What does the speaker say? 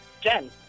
Jen